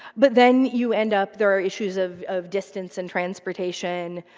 but then you end up there are issues of of distance and transportation.